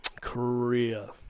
Korea